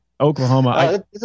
Oklahoma